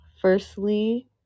Firstly